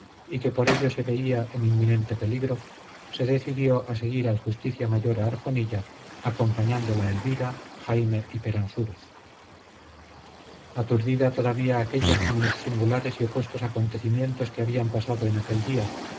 y que por ello se veía en inminente peligro se decidió a seguir al justicia mayor a arjonilla acompañándola elvira jaime y peransúrez aturdida todavía aquélla con los singulares y opuestos acontecimientos que habían pasado en aquel día